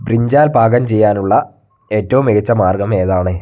brinjal പാകം ചെയ്യാനുള്ള ഏറ്റവും മികച്ച മാർഗം ഏതാണ്